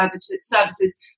services